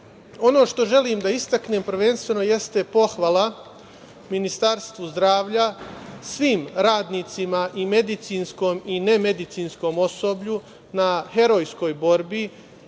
što želim da istaknem prvenstveno jeste pohvala Ministarstvu zdravlja, svim radnicima i medicinskom i nemedicinskom osoblju na herojskoj borbi